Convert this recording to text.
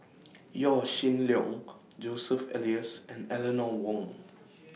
Yaw Shin Leong Joseph Elias and Eleanor Wong